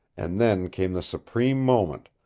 and then came the supreme moment,